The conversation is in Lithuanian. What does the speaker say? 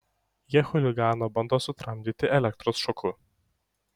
jie chuliganą bando sutramdyti elektros šoku